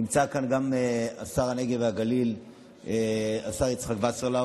נמצא כאן גם שר הנגב והגליל, השר יצחק וסרלאוף.